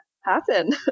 happen